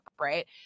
right